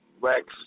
Rex